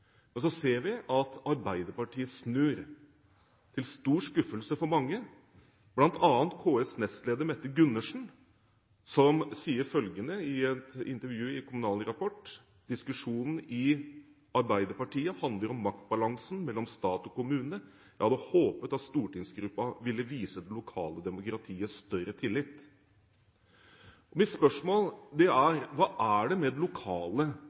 Men så ser vi at Arbeiderpartiet snur, til stor skuffelse for mange, bl.a. KS’ nestleder Mette Gundersen, som sier følgende i et intervju i Kommunal Rapport: «Diskusjonen i Arbeiderpartiet handler om maktbalansen mellom stat og kommune. Jeg hadde håpet at stortingsgruppa ville vise det lokale demokratiet større tillit.» Mitt spørsmål er: Hva er det med det lokale